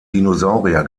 dinosaurier